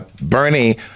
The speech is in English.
Bernie